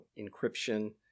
encryption